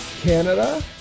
Canada